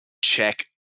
check